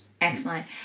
Excellent